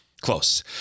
close